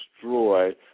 destroy